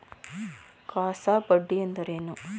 CASA ಬಡ್ಡಿ ಎಂದರೇನು?